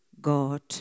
God